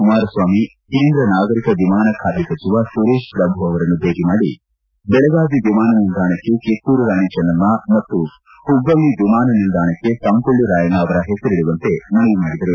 ಕುಮಾರಸ್ವಾಮಿ ಕೇಂದ್ರ ನಾಗರಿಕ ವಿಮಾನ ಖಾತೆ ಸಚಿವ ಸುರೇಶ್ ಪ್ರಭು ಅವರನ್ನು ಭೇಟ ಮಾಡಿ ಬೆಳಗಾವಿ ವಿಮಾನ ನಿಲ್ಲಾಣಕ್ಕೆ ಕಿತ್ತೂರು ರಾಣಿ ಚೆನ್ನಮ್ಮ ಮತ್ತು ಹುಬ್ಬಳ್ಳ ವಿಮಾನ ನಿಲ್ದಾಣಕ್ಕೆ ಸಂಗೊಳ್ಳಿ ರಾಯಣ್ಣ ಅವರ ಹೆಸರಿಡುವಂತೆ ಮನವಿ ಮಾಡಿದರು